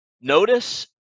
notice